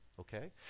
okay